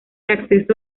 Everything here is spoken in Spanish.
acceso